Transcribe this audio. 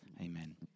Amen